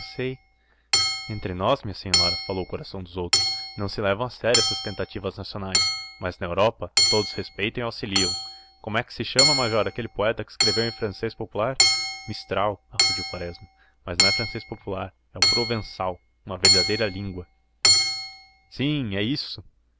sei entre nós minha senhora falou coração dos outros não se levam a sério essas tentativas nacionais mas na europa todos respeitam e auxiliam como é que se chama major aquele poeta que escreveu em francês popular mistral acudiu quaresma mas não é francês popular é o provençal uma verdadeira língua sim é isso